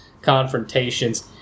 confrontations